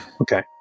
Okay